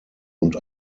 und